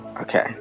Okay